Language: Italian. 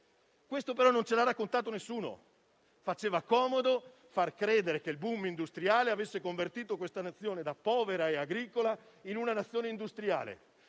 Questo, però, non ce l'ha raccontato nessuno. Faceva comodo far credere che il *boom* industriale avesse convertito questa Nazione da povera e agricola in una industriale.